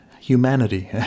humanity